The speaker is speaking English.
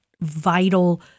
vital